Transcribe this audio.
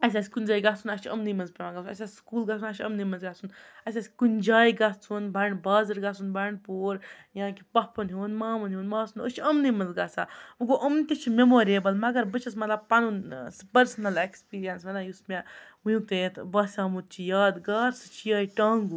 اَسہِ آسہِ کُنہِ جایہِ گژھُن اَسہِ چھِ یِمنٕے منٛز پٮ۪وان گژھُن اَسہِ آسہِ سکوٗل گژھُن اَسہِ چھِ یِمنٕے منٛز گژھُن اَسہِ آسہِ کُنہِ جایہِ گژھُن بنٛڈٕ بازر گژھُن بنٛڈٕپوٗر یا کہِ پۄپھَن ہُنٛد مامَن ہُنٛد ماسَن ہُںٛد أسۍ چھِ یِمنٕے منٛز گژھان وۄنۍ گوٚو یِم تہِ چھِ مٮ۪موریبٕل مگر بہٕ چھَس مطلب پَنُن سُہ پٔرسٕنَل اٮ۪کٕسپیٖریَنٕس وَنان یُس مےٚ وٕنیُک تانٮ۪تھ باسیومُت چھِ یادگار سُہ چھِ یِہٕے ٹانٛگُک